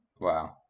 Wow